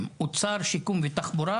אז זה בדיוק תוכנית לתמיכה